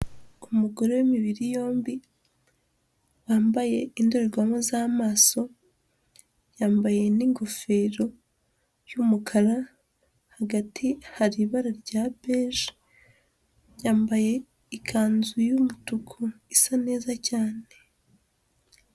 Umugore w'imibiri yombi wambaye indorerwamo z'amaso, yambaye n'ingofero y'umukara, hagati hari ibara rya beje, yambaye ikanzu y'umutuku isa neza cyane.